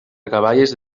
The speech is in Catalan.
acaballes